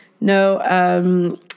no